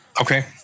Okay